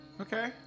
Okay